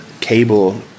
cable